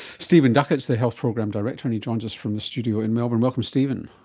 stephen duckett is the health program director and he joins us from the studio in melbourne. welcome stephen.